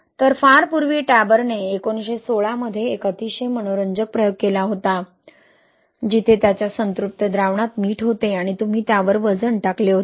तर फार पूर्वी टॅबरने 1916 मध्ये एक अतिशय मनोरंजक प्रयोग केला होता जिथे त्याच्या संतृप्त द्रावणात मीठ होते आणि तुम्ही त्यावर वजन टाकले होते